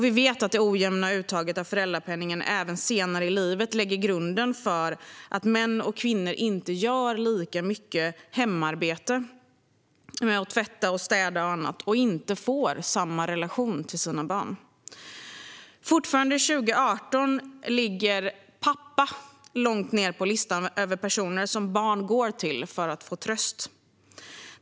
Vi vet att det ojämna uttaget av föräldrapenningen även senare i livet lägger grunden för att män och kvinnor inte gör lika mycket hemarbete i form av att tvätta och städa och inte får samma relation till sina barn. Fortfarande 2018 ligger pappa långt ned på listan över personer som barn går till för att få tröst.